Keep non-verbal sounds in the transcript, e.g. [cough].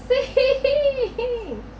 ~sing [laughs]